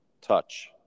touch